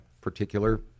particular